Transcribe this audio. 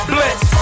Blitz